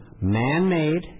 man-made